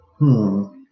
-hmm